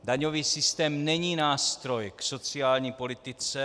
Daňový systém není nástroj k sociální politice.